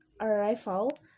arrival